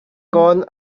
gone